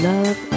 Love